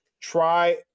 try